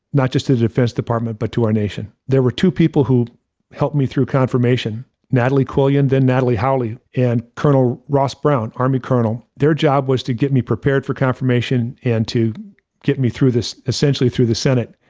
not just the defense department, but to our nation. there were two people who helped me through confirmation natalie quillian, then natalie howley, and colonel ross brown, army colonel, their job was to get me prepared for confirmation and to get me through this essentially through the senate.